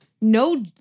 No